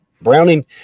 Browning